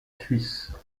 suisse